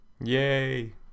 Yay